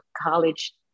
college